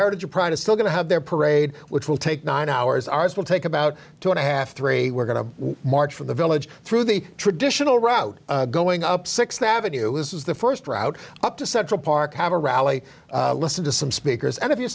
heritage of pride is still going to have their parade which will take nine hours ours will take about two and a half three we're going to march from the village through the traditional route going up sixth avenue is the first route up to central park have a rally listen to some speakers and